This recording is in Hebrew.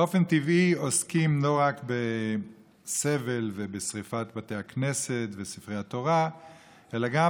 באופן טבעי עוסקים לא רק בסבל ובשרפת בתי הכנסת וספרי התורה אלא גם